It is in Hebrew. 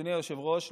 אדוני היושב-ראש,